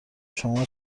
شما